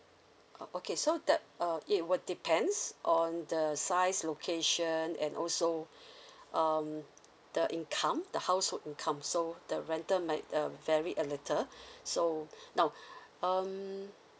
oh okay so that uh it will depends on the size location and also um the income the household income so the rental might uh vary a little so now um